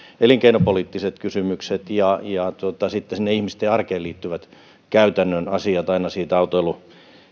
elinkeinopoliittiset kysymykset ja ja sitten sinne ihmisten arkeen liittyvät käytännön asiat aina siitä autoilun